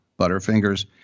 Butterfingers